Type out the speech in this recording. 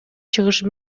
чыгышы